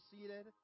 seated